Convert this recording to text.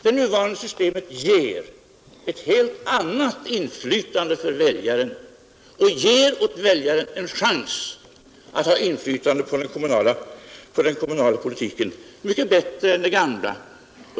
Det nuvarande systemet ger ett helt annat inflytande för väljaren, ger honom en mycket bättre chans att ha inflytande på den kommunala politiken än det gamla.